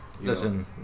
Listen